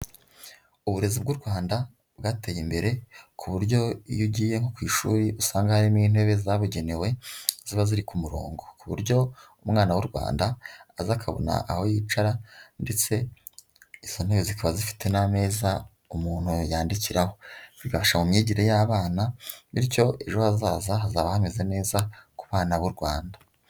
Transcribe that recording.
Uburezi bw'u Rwanda bwateye imbere, ku buryo iyo ugiye nko ku ishuri usanga hari n'intebe zabugenewe, ziba ziri ku murongo. Ku buryo umwana w'u Rwanda aza akabona aho yicara, ndetse izo ntebe zikaba zifite n'ameza umuntu yandikiraho. Bigafasha mu myigire y'abana, bityo ejo hazaza hazaba hameze neza ku bana b'u Rwanda.